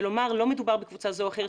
ולומר שלא מדובר בקבוצה זו או אחרת,